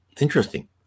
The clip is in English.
Interesting